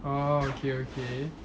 orh okay okay